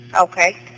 Okay